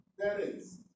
parents